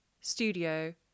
studio